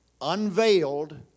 unveiled